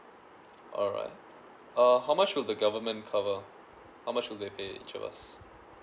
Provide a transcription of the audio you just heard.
alright err how much would the government cover how much would they pay to us